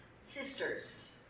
sisters